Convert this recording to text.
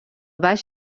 baix